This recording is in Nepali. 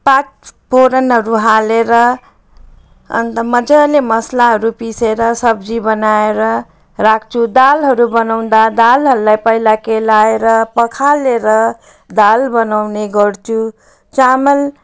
पाँचफोरनहरू हालेर अन्त मजाले मसलाहरू पिसेर सब्जी बनाएर राख्छु दालहरू बनाउँदा दालहरूलाई पहिला केलाएर पखालेर दाल बनाउने गर्छु चामल